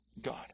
God